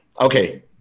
okay